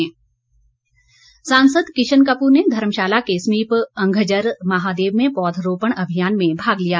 पौधरोपण सांसद किशन कपूर ने धर्मशाला के समीप अघंजर महादेव में पौधरोपण अभियान में भाग लिया